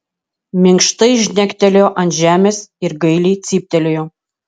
minkštai žnektelėjo ant žemės ir gailiai cyptelėjo